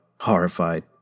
Horrified